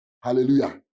Hallelujah